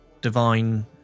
divine